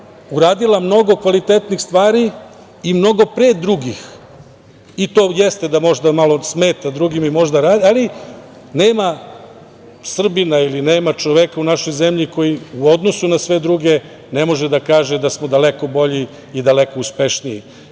uradila mnogo kvalitetnih stvari i mnogo pre drugih. To jeste da možda malo smeta drugima, ali nema Srbina ili nema čoveka u našoj zemlji koji u odnosu na sve druge ne može da kaže da smo daleko bolji i daleko uspešniji. Da